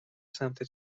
سمت